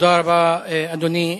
תודה רבה, אדוני.